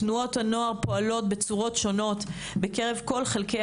תנועות הנוער פועלות בצורות שונות בקרב כל חלקי